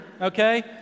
okay